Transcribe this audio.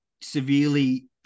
severely